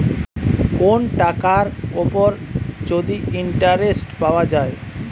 কোন টাকার উপর যদি ইন্টারেস্ট পাওয়া যায়